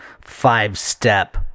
five-step